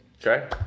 okay